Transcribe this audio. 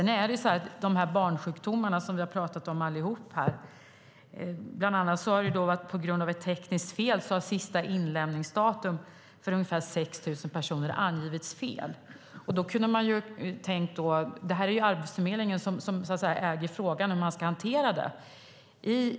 När det gäller de barnsjukdomar vi allihop har talat om var det bland annat på grund av ett tekniskt fel som sista inlämningsdatum angivits fel för ungefär 6 000 personer. Det är Arbetsförmedlingen som äger frågan hur man ska hantera det.